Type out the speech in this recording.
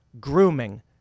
grooming